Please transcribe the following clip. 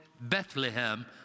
Bethlehem